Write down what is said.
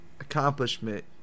accomplishment